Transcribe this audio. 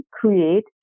create